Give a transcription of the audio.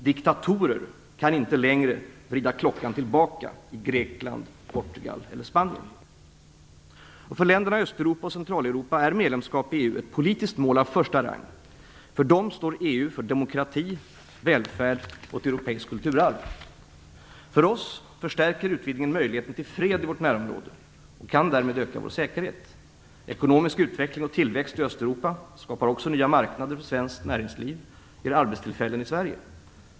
Diktatorer kan inte längre vrida klockan tillbaka i Grekland, Portugal eller Spanien. För länderna i Östeuropa och Centraleuropa är medlemskap i EU ett politiskt mål av första rang. För dem står EU för demokrati, välfärd och ett europeiskt kulturarv. För oss förstärker utvidgningen möjligheten till fred i vårt närområde och kan därmed öka vår säkerhet. Ekonomisk utveckling och tillväxt i Östeuropa skapar också nya marknader för svenskt näringsliv och ger arbetstillfällen i Sverige.